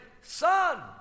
son